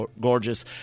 gorgeous